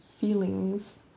feelings